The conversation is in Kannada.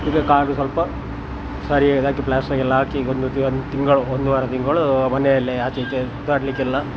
ಈಗ ಕಾಲು ಸ್ವಲ್ಪ ಸರಿ ಹಾಕಿ ಪ್ಲಾಸ್ಟರ್ ಎಲ್ಲ ಹಾಕಿ ಈಗೊಂದು ತಿಂಗಳು ಒಂದು ವಾರ ತಿಂಗಳು ಮನೆಯಲ್ಲೇ ಆಚೆ ಈಚೆ ಸುತ್ತಾಡಲ್ಲಿಕ್ಕೆಲ್ಲ